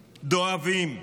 דואבות,